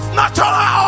natural